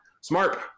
smart